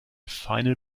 final